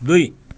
दुई